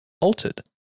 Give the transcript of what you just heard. altered